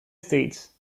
states